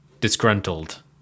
disgruntled